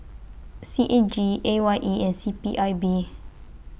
C A G A Y E and C P I B